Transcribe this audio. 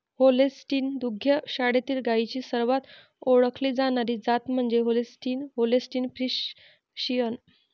Holstein दुग्ध शाळेतील गायींची सर्वात ओळखली जाणारी जात म्हणजे होल्स्टीन होल्स्टीन फ्रिशियन